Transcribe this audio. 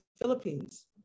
Philippines